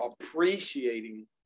appreciating